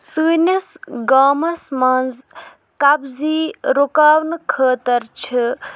سٲنِس گامَس منٛز کَبزی رُکاونہٕ خٲطرٕ چھِ